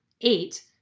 eight